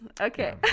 Okay